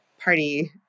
party